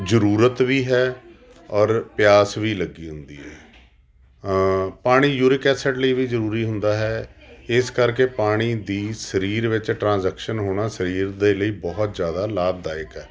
ਜ਼ਰੂਰਤ ਵੀ ਹੈ ਔਰ ਪਿਆਸ ਵੀ ਲੱਗੀ ਹੁੰਦੀ ਹੈ ਪਾਣੀ ਯੂਰਿਕ ਐਸਿਡ ਲਈ ਵੀ ਜ਼ਰੂਰੀ ਹੁੰਦਾ ਹੈ ਇਸ ਕਰਕੇ ਪਾਣੀ ਦੀ ਸਰੀਰ ਵਿੱਚ ਟਰਾਂਜੈਕਸ਼ਨ ਹੋਣਾ ਸਰੀਰ ਦੇ ਲਈ ਬਹੁਤ ਜ਼ਿਆਦਾ ਲਾਭਦਾਇਕ ਹੈ